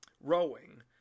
rowing